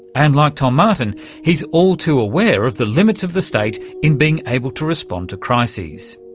and like tom martin he's all too aware of the limits of the state in being able to respond to crises.